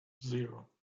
zero